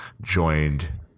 joined